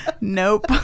Nope